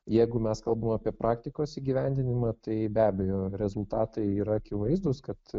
jeigu mes kalbam apie praktikos įgyvendinimą tai be abejo rezultatai yra akivaizdūs kad